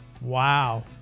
Wow